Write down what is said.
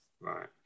Right